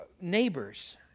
neighbors